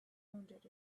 wounded